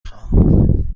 خواهم